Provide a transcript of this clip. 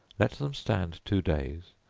let them stand two days,